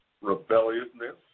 Rebelliousness